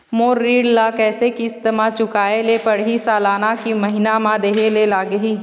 मोर ऋण ला कैसे किस्त म चुकाए ले पढ़िही, सालाना की महीना मा देहे ले लागही?